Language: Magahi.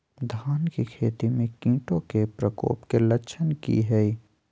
धान की खेती में कीटों के प्रकोप के लक्षण कि हैय?